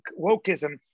wokeism